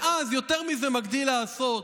ואז, יותר מזה, מגדיל לעשות,